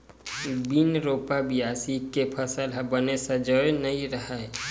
बिन रोपा, बियासी के फसल ह बने सजोवय नइ रहय